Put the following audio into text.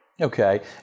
Okay